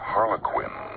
Harlequin